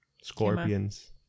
Scorpions